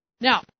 now